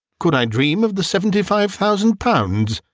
could i dream of the seventy-five thousand pounds?